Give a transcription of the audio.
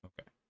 Okay